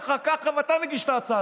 שכל קול שלכם ייחשב לחצי